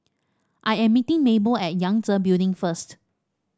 I am meeting Mable at Yangtze Building first